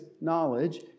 knowledge